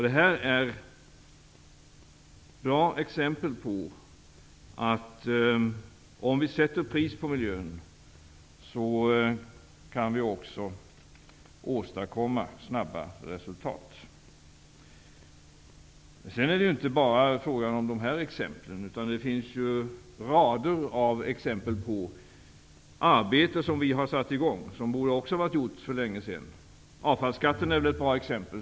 Detta är bra exempel på att om vi sätter pris på miljön kan vi också åstadkomma snabba resultat. Det är inte enbart fråga om dessa åtgärder. Det finns rader av exempel på arbeten som vi har satt igång, vilket också borde ha varit gjort för länge sedan. Avfallsskatten är ett bra exempel.